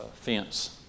fence